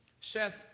Seth